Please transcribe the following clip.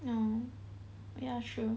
oh ya true